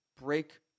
break